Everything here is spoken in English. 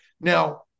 Now